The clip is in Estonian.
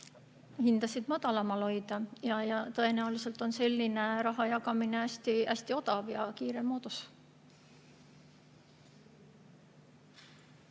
hindasid madalamal hoida. Ja tõenäoliselt on selline raha jagamine hästi odav ja kiire moodus.